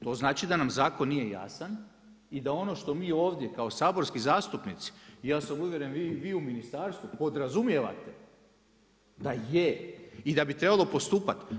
To znači da nam zakon nije jasan i da ono što mi ovdje kao saborski zastupnici, ja sam uvjeren i vi u ministarstvu podrazumijevate da je i da bi trebalo postupat.